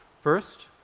first,